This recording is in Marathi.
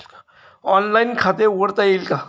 ऑनलाइन खाते उघडता येईल का?